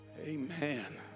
Amen